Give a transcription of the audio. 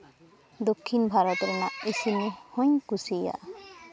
ᱫᱚᱠᱽᱠᱷᱤᱱ ᱵᱷᱟᱨᱚᱛ ᱨᱮᱱᱟᱜ ᱤᱥᱤᱱ ᱦᱩᱧ ᱠᱩᱥᱤᱭᱟᱜᱼᱟ